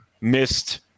missed